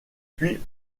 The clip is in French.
puis